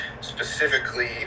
specifically